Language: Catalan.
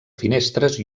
finestres